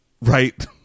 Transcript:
Right